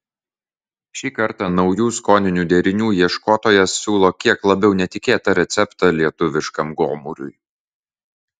šį kartą naujų skoninių derinių ieškotojas siūlo kiek labiau netikėtą receptą lietuviškam gomuriui